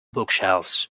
bookshelves